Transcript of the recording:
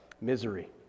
misery